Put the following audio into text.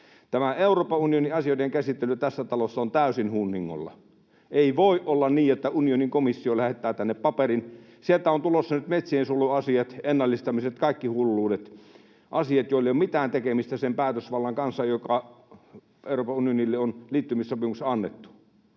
Tämä Euroopan unionin asioiden käsittely tässä talossa on täysin hunningolla. Ei voi olla niin, että unionin komissio lähettää tänne paperin... Sieltä on tulossa nyt metsiensuojeluasiat, ennallistamiset, kaikki hulluudet — asiat, joilla ei ole mitään tekemistä sen päätösvallan kanssa, joka Euroopan unionille on liittymissopimuksessa annettu.